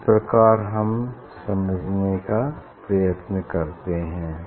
इस प्रकार हम समझने का प्रयत्न करते हैं